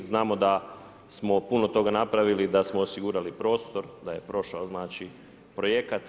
Znamo da smo puno toga napravili, da smo osigurali prostor, da je prošao znači projekat.